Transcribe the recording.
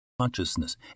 Consciousness